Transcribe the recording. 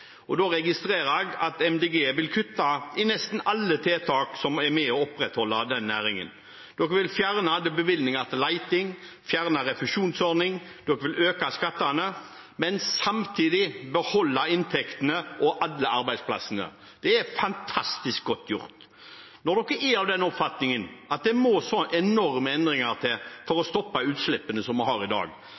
dag. Da registrerer jeg at Miljøpartiet De Grønne vil kutte i nesten alle tiltak som er med på å opprettholde den næringen. De vil fjerne alle bevilgninger til leting, fjerne refusjonsordning og øke skattene, men samtidig beholde inntektene og alle arbeidsplassene. Det er fantastisk godt gjort. Når de er av den oppfatningen at det må så enorme endringer til for å stoppe de utslippene som vi har i dag,